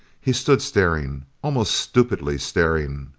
he stood staring. almost stupidly staring,